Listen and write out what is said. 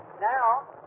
now